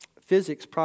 physics